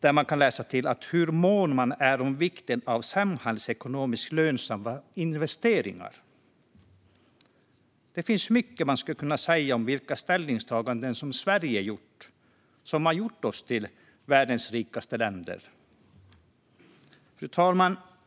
Där kan man läsa om hur måna de är om vikten av samhällsekonomiskt lönsamma investeringar. Det finns mycket man skulle kunna säga om vilka ställningstaganden som Sverige gjort som har gjort Sverige till ett av världens rikaste länder. Fru talman!